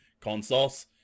consoles